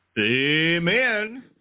Amen